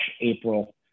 April